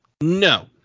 No